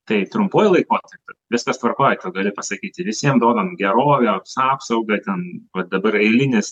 tai trumpuoju laikotarpiu viskas tvarkoj gali pasakyti visiem duodam gerovę apsaugą ten va dabar eilinis